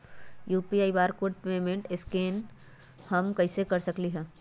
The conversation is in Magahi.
यू.पी.आई बारकोड स्कैन पेमेंट हम कईसे कर सकली ह?